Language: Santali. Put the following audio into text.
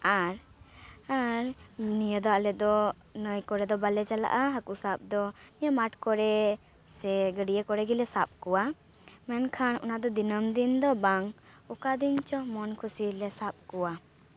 ᱟᱨ ᱟᱨ ᱱᱤᱭᱟᱹ ᱫᱚ ᱟᱞᱮ ᱫᱚ ᱱᱟᱹᱭ ᱠᱚᱨᱮ ᱫᱚ ᱵᱟᱞᱮ ᱪᱟᱠᱞᱟᱜᱼᱟ ᱦᱟᱹᱠᱩ ᱥᱟᱵᱽ ᱫᱚ ᱱᱤᱭᱟ ᱢᱟᱴ ᱠᱚᱨᱮ ᱥᱮ ᱜᱟᱹᱰᱭᱟᱹ ᱠᱚᱨᱮ ᱜᱮᱞᱮ ᱥᱟᱵᱽ ᱠᱚᱣᱟ ᱢᱮᱱᱠᱷᱟᱱ ᱚᱱᱟ ᱫᱚ ᱫᱤᱱᱟᱹᱢ ᱫᱤᱱ ᱫᱚ ᱵᱟᱝ ᱚᱠᱟ ᱫᱤᱱ ᱪᱚᱝ ᱢᱚᱱ ᱠᱩᱥᱤ ᱞᱮ ᱥᱟᱵᱽ ᱠᱚᱣᱟ